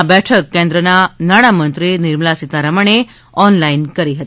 આ બેઠક કેન્દ્રના નાણામંત્રી નિર્મલા સીતારમણે ઓનલાઇન કરી હતી